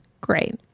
great